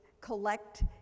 collect